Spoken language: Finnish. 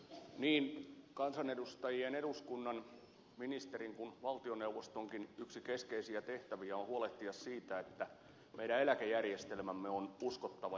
niin kansanedustajien eduskunnan ministerin kuin valtioneuvostonkin yksi keskeisiä tehtäviä on huolehtia siitä että meidän eläkejärjestelmämme on uskottava ja luotettava